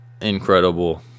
incredible